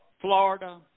Florida